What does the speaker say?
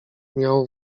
miał